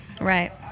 Right